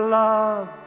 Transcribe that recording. love